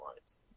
lines